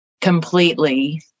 completely